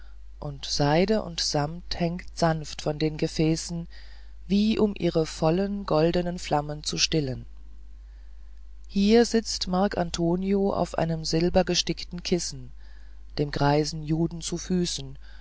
und seide und samt hängt sanft über den gefäßen wie um ihre vollen goldenen flammen zu stillen hier sitzt marcantonio auf einem silbergestickten kissen dem greisen juden zu füßen